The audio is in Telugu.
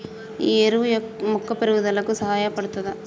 ఈ ఎరువు మొక్క పెరుగుదలకు సహాయపడుతదా?